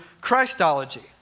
Christology